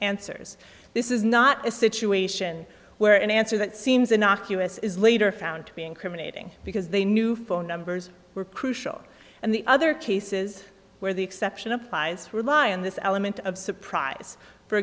answers this is not a situation where an answer that seems innocuous is later found to be incriminating because they knew phone numbers were crucial and the other cases where the exception applies rely on this element of surprise for